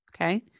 Okay